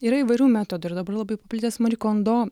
yra įvairių metodų ir dabar labai paplitęs mari kondo